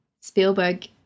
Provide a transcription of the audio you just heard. Spielberg